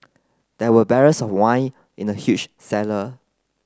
there were barrels of wine in the huge cellar